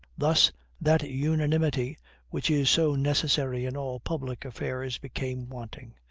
thus that unanimity which is so necessary in all public affairs became wanting,